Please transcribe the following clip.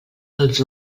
els